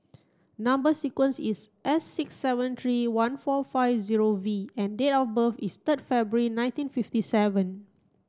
number sequence is S six seven three one four five zero V and date of birth is third February nineteen fifty seven